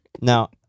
Now